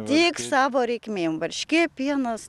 tik savo reikmėm varškė pienas